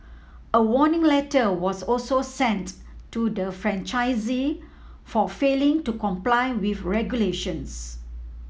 a warning letter was also sent to the franchisee for failing to comply with regulations